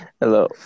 Hello